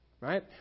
right